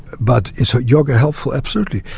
but is yoga helpful? absolutely.